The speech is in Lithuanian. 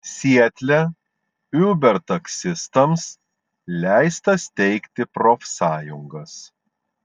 sietle uber taksistams leista steigti profsąjungas